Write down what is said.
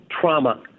Trauma